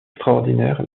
extraordinaires